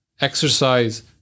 exercise